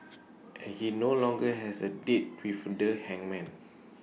and he no longer has A date with the hangman